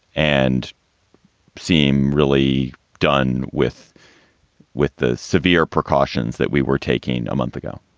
and seem really done with with the severe precautions that we were taking a month ago